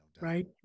right